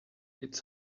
it’s